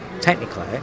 technically